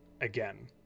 again